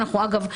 אגב,